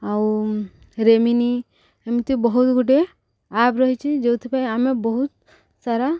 ଆଉ ରେମିନି ଏମିତି ବହୁତ ଗୁଡ଼ିଏ ଆପ୍ ରହିଛି ଯେଉଁଥିପାଇଁ ଆମେ ବହୁତ ସାରା